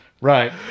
Right